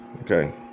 Okay